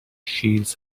shields